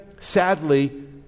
Sadly